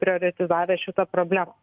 prioretizavę šitą problemą